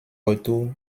retour